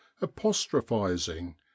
apostrophizing